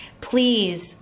please